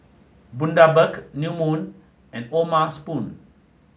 Bundaberg New Moon and O'ma Spoon